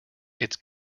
its